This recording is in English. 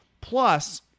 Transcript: Plus